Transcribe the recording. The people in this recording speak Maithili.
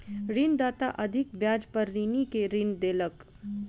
ऋणदाता अधिक ब्याज पर ऋणी के ऋण देलक